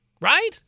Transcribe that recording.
right